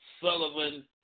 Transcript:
Sullivan